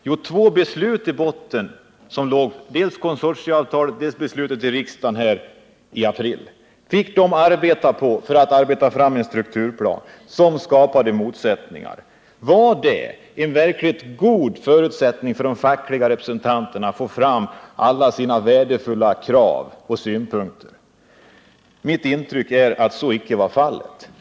Jo, de hade i botten två beslut, dels konsortieavtalet, dels beslutet i riksdagen i april, för att arbeta fram en strukturplan, som skapade motsättningar. Var det en verkligt god förutsättning för de fackliga representanterna att få fram alla sina viktiga krav och synpunkter? Mitt intryck är att så icke var fallet.